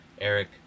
Eric